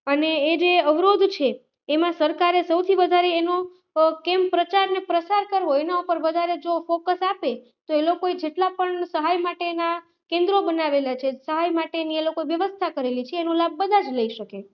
અને એ જે અવરોધ છે એમાં સરકારે સૌથી વધારે એનો કેમ પ્રચારને પ્રસાર કરવો હોય એના ઉપર જો વધારે ફોકસ આપે તો એ લોકોએ જેટલા પણ સહાય માટેના કેન્દ્રો બનાવેલા છે સહાય માટેની એ લોકો વ્યવસ્થા કરેલી છે એનો લાભ બધા જ લઈ શકે